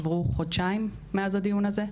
עברו חודשיים מאז הדיון הזה,